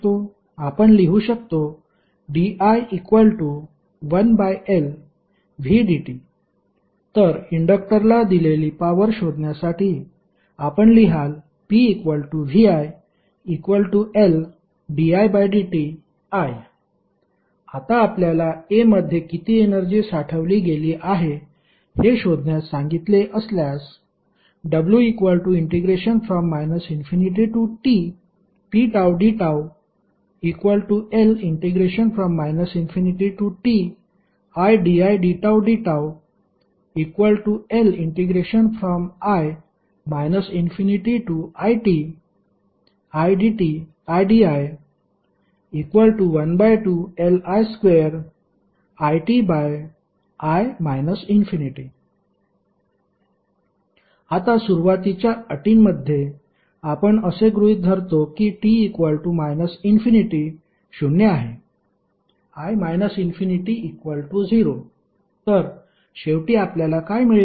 आपण लिहू शकतो di1Lvdt तर इंडक्टरला दिलेली पॉवर शोधण्यासाठी आपण लिहाल pviLdidti आता आपल्याला a मध्ये किती एनर्जी साठवली गेली आहे हे शोधण्यास सांगितले असल्यास w ∞tpdτL ∞tididτdτLi ∞itidi12Li2।iti ∞ आता सुरुवातीच्या अटींमध्ये आपण असे गृहित धरतो की t ∞ शून्य आहे i ∞0 तर शेवटी आपल्याला काय मिळेल